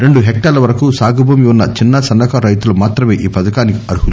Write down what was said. రెండు హెక్టార్ల వరకు సాగుభూమి వున్న చిన్న సన్న కారు రైతులు మాత్రమే ఈ పథకానికి అర్ణులు